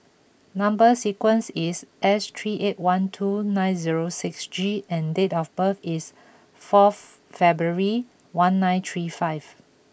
number sequence is S three eight one two nine zero six G and date of birth is fourth February one nine three five